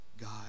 God